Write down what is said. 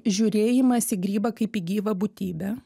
žiūrėjimas į grybą kaip į gyvą būtybę